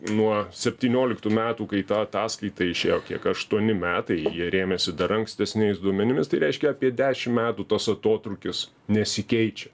nuo septynioliktų metų kai ta ataskaita išėjo kiek aštuoni metai jie rėmėsi dar ankstesniais duomenimis tai reiškia apie dešim metų tas atotrūkis nesikeičia